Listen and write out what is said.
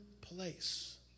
place